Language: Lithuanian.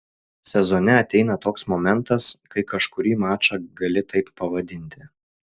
sezone ateina toks momentas kai kažkurį mačą gali taip pavadinti